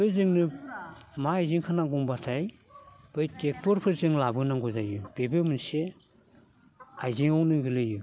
बै जोंनो मा आइजेंखौ नांगौ होनब्लाथाय बै ट्रेक्टरफोरजों लाबो नांगौ जायो बेबो मोनसे आइजेंआवनो गोग्लैयो